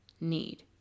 need